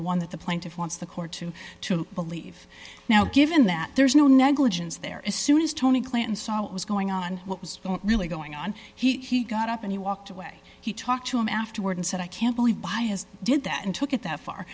the one that the plaintiff wants the court to to believe now given that there's no negligence there is soon as tony clinton saw what was going on what was really going on he got up and he walked away he talked to him afterward and said i can't believe by his did that and took it that far